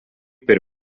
per